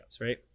Right